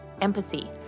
empathy